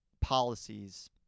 policies